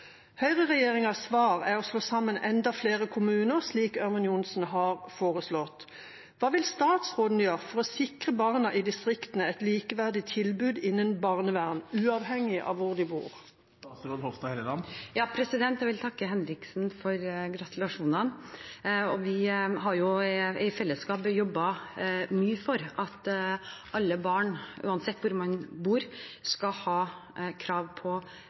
svar er å slå sammen enda flere kommuner, slik Ørmen Johnsen har foreslått. Hva vil statsråden gjøre for å sikre barna i distriktene et likeverdig tilbud innen barnevern, uavhengig av hvor de bor?» Jeg vil takke Henriksen for gratulasjonen. Vi har jo i fellesskap jobbet mye for at alle barn, uansett hvor de bor, skal ha krav på